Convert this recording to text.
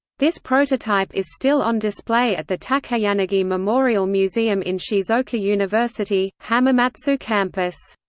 this prototype is still on display at the takayanagi memorial museum in shizuoka university, hamamatsu campus.